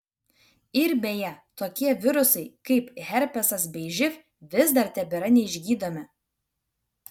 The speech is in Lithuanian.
ir beje tokie virusai kaip herpesas bei živ vis dar tebėra neišgydomi